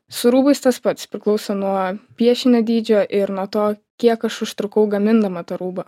su rūbais tas pats priklauso nuo piešinio dydžio ir nuo to kiek aš užtrukau gamindama tą rūbą